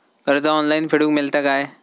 कर्ज ऑनलाइन फेडूक मेलता काय?